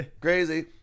Crazy